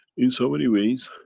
in so many ways,